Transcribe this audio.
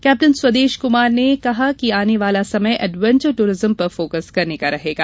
captain Swadesh Kumar ने कहा कि आने वाला समय एडवेंचर ट्ररिज्म पर फोकस करने का रहेगा